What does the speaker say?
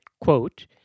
quote